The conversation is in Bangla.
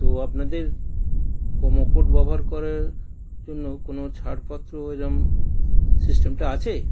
তো আপনাদের প্রোমো কোড ব্যবহার করার জন্য কোনও ছাড়পত্র এরকম সিস্টেমটা আছে